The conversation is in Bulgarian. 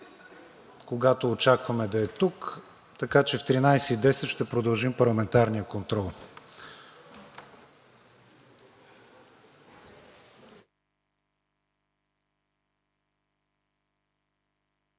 когато очакваме да е тук, така че в 13,10 ч. ще продължим с парламентарния контрол.